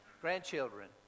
grandchildren